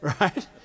Right